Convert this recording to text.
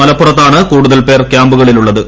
മലപ്പുറത്താണ് കൂടുതൽ പേർ ക്യാമ്പുകളിലുള്ളത്